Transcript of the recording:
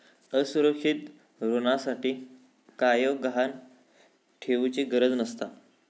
असुरक्षित ऋणासाठी कायव गहाण ठेउचि गरज नसता